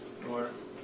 north